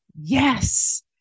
Yes